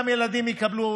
גם ילדים יקבלו.